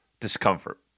discomfort